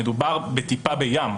מדובר בטיפה בים,